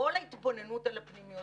כל ההתבוננות על הפנימיות,